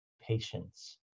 patience